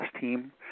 team